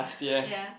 ya